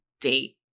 date